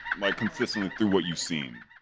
my consistent through what you've seen